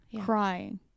crying